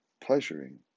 pleasuring